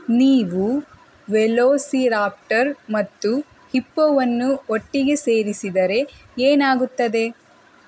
ನೀವು ವೆಲೋಸಿರಾಪ್ಟರ್ ಮತ್ತು ಹಿಪ್ಪೋವನ್ನು ಒಟ್ಟಿಗೆ ಸೇರಿಸಿದರೆ ಏನಾಗುತ್ತದೆ